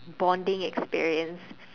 bonding experience